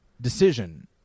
decision